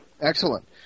Excellent